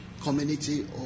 community